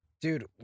Dude